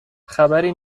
خبری